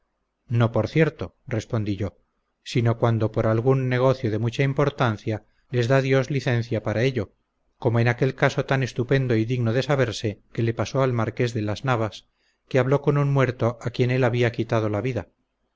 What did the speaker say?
no por cierto respondí yo sino cuando por algún negocio de mucha importancia les da dios licencia para ello como en aquel caso tan estupendo y digno de saberse que le pasó al marqués de las navas que habló con un muerto a quien él había quitado la vida